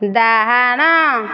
ଡାହାଣ